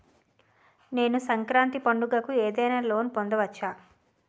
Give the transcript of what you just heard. నేను సంక్రాంతి పండగ కు ఏదైనా లోన్ పొందవచ్చా?